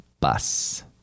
Bus